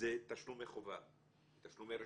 זה תשלומי חובה, תשלומי רשות,